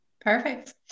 Perfect